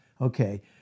okay